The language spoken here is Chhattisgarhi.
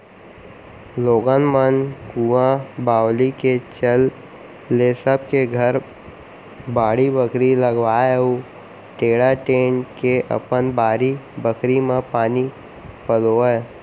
लोगन मन कुंआ बावली के चल ले सब के घर बाड़ी बखरी लगावय अउ टेड़ा टेंड़ के अपन बारी बखरी म पानी पलोवय